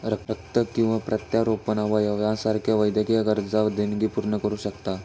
रक्त किंवा प्रत्यारोपण अवयव यासारख्यो वैद्यकीय गरजा देणगी पूर्ण करू शकता